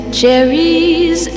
cherries